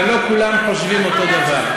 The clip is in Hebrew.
אבל לא כולם חושבים אותו דבר,